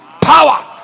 power